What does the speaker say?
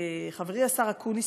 חברי השר אקוניס,